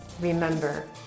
Remember